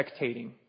spectating